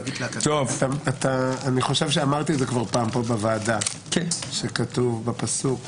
אני חושב שאמרתי פעם בוועדה שכתוב בפסוק